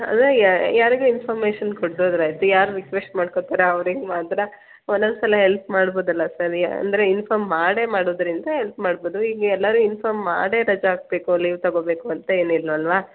ಅಲ್ವಾ ಯಾರಿಗೂ ಇನ್ಫಾರ್ಮೇಷನ್ ಕೊಟ್ಟೋದ್ರೆ ಆಯಿತು ಯಾರು ರಿಕ್ವೆಸ್ಟ್ ಮಾಡ್ಕೊತಾರೆ ಅವ್ರಿಗೆ ಮಾತ್ರ ಒಂದೊಂದು ಸಲ ಹೆಲ್ಪ್ ಮಾಡ್ಬೋದಲ್ಲ ಸರ್ ಯಾ ಅಂದರೆ ಇನ್ಫಾರ್ಮ್ ಮಾಡೇ ಮಾಡೋದರಿಂದ ಎಲ್ಪ್ ಮಾಡ್ಬೋದು ಈಗ ಎಲ್ಲರೂ ಇನ್ಫಾರ್ಮ್ ಮಾಡೇ ರಜಾ ಹಾಕ್ಬೇಕು ಲೀವ್ ತೊಗೋಬೇಕು ಅಂತ ಏನೂ ಇಲ್ವಲ್ಲ